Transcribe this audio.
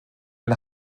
ein